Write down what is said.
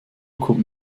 kommt